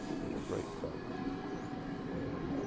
is a great fellow and